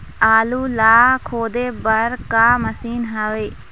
आलू ला खोदे बर का मशीन हावे?